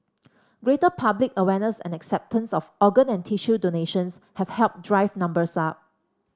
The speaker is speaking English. greater public awareness and acceptance of organ and tissue donations have helped drive numbers up